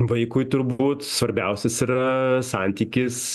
vaikui turbūt svarbiausias yra santykis